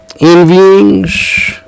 envyings